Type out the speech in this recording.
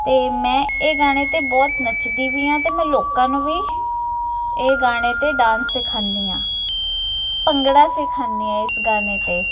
ਅਤੇ ਮੈਂ ਇਹ ਗਾਣੇ 'ਤੇ ਬਹੁਤ ਨੱਚਦੀ ਵੀ ਹਾਂ ਅਤੇ ਮੈਂ ਲੋਕਾਂ ਨੂੰ ਵੀ ਇਹ ਗਾਣੇ 'ਤੇ ਡਾਂਸ ਸਿਖਾਉਂਦੀ ਹਾਂ ਭੰਗੜਾ ਸਿਖਾਉਂਦੀ ਹਾਂ ਇਸ ਗਾਣੇ 'ਤੇ